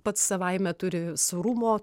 pats savaime turi sūrumo